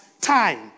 time